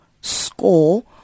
score